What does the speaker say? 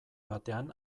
batean